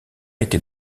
était